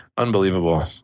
Unbelievable